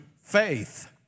faith